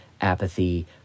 apathy